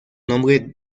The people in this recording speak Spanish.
nombre